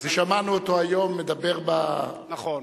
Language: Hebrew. ושמענו אותו היום מדבר, נכון.